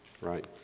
right